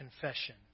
confession